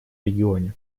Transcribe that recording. регионе